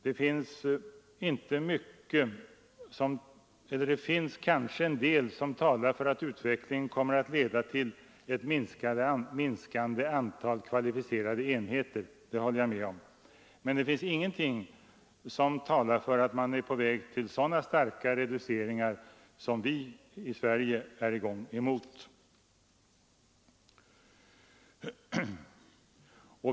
Det finns kanske en del som talar för att utvecklingen kommer att gå mot ett minskande antal kvalificerade enheter, det håller jag med om. Men det finns ingenting som talar för att man är på väg mot så starka reduceringar som vi här i Sverige är inställda på.